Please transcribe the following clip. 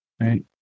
Right